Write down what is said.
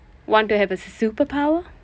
want to have a superpower